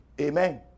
Amen